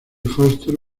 foster